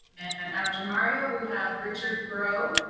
and after mario, we have richard grow.